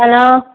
hello